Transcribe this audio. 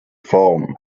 form